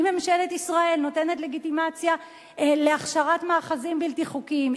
אם ממשלת ישראל נותנת לגיטימציה להכשרת מאחזים בלתי חוקיים,